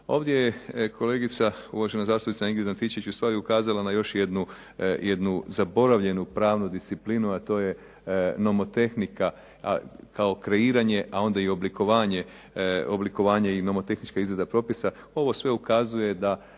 Ovdje je kolegica uvažena zastupnica Ingrid Antičević ustvari ukazala na još jednu zaboravljenu pravnu disciplinu, a to je nomotehnika kao kreiranje, a onda i oblikovanje i nomotehničke izrade propisa. Ovo sve ukazuje da